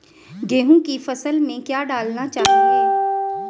गेहूँ की फसल में क्या क्या डालना चाहिए?